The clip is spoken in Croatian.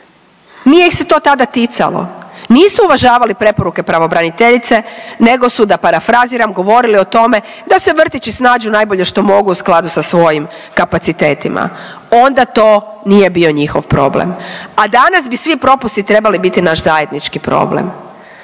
Nije ih se to tada ticalo, nisu uvažavali preporuke pravobraniteljice nego su da parafraziram govorili o tome da se vrtići snađu najbolje što mogu u skladu sa svojim kapacitetima. Onda to nije bio njihov problem, a danas bi svi propusti trebali biti naš zajednički problem.